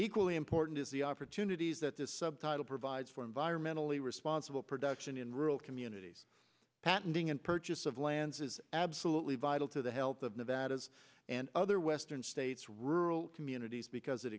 equally important is the opportunities that this subtitle provides for environmentally responsible production in rural communities patenting and purchase of lands is absolutely vital to the health of nevada's and other western states rural communities because it